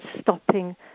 stopping